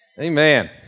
Amen